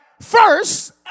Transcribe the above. First